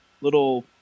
little